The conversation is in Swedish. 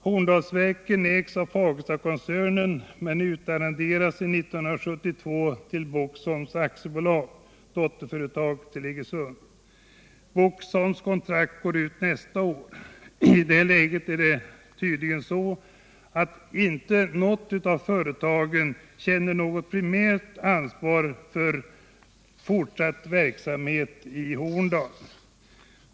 Horndalsverken ägs av Fagerstakoncernen men utarrenderas sedan 1972 till Boxholms AB-— dotterföretag till AB Iggesunds Bruk. Boxholms kontrakt går ut nästa år. I detta läge är det tydligen så, att inget av företagen känner något primärt ansvar för en fortsatt verksamhet i Horndal.